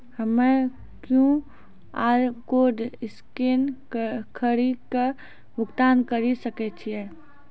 हम्मय QR code scan कड़ी के भुगतान करें सकय छियै?